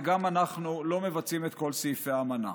וגם אנחנו לא מבצעים את כל סעיפי האמנה.